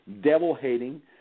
devil-hating